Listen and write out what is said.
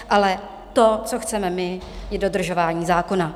Ale to, co chceme my, je dodržování zákona.